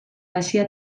asia